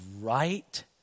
right